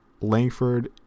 Langford